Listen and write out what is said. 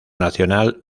nacional